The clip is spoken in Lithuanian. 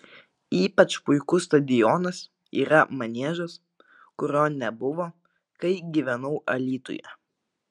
ypač puikus stadionas yra maniežas kurio nebuvo kai gyvenau alytuje